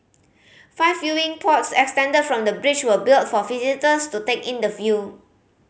five viewing pods extended from the bridge were built for visitors to take in the view